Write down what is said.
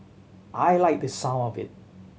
I liked the sound of it